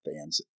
fans